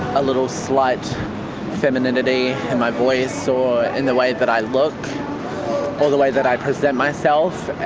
a little slight femininity in my voice or in the way that i look or the way that i present myself